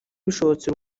bishobotse